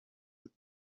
with